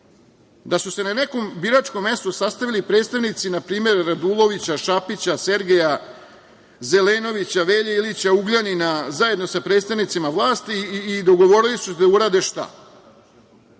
da su se na nekom biračkom mestu sastavili predstavnici, na primer Radulovića, Šapića, Sergeja, Zelenovića, Velje Ilića, Ugljanina, zajedno sa predstavnicima vlasti i dogovorili su se da urade